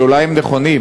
ואולי הן נכונות,